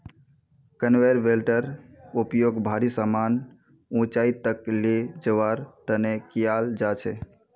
conveyor बेल्टेर उपयोग भारी समान ऊंचाई तक ले जवार तने कियाल जा छे